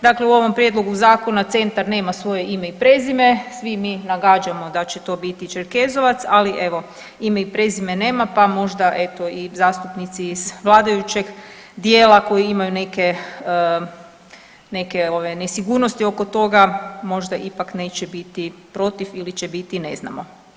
Dakle, u ovom prijedlogu zakona centar nema svoje ime i prezime, svi mi nagađamo da će to biti Čerkezovac, ali evo ime i prezime nema, pa možda eto i zastupnici iz vladajućeg dijela koji imaju neke, neke ove nesigurnosti oko toga, možda ipak neće biti protiv ili će biti ne znamo.